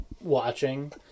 watching